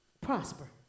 Prosper